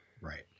Right